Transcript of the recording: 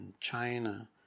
China